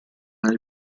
nel